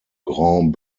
grand